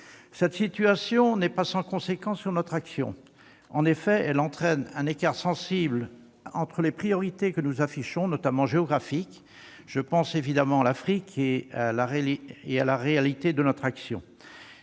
Cette situation n'est pas sans conséquence sur notre action. En effet, elle entraîne un écart sensible entre les priorités que nous affichons, notamment géographiques- je pense évidemment à l'Afrique -, et la réalité de notre action.